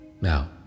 Now